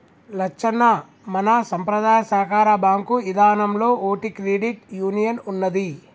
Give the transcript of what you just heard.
లచ్చన్న మన సంపద్రాయ సాకార బాంకు ఇదానంలో ఓటి క్రెడిట్ యూనియన్ ఉన్నదీ